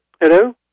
Hello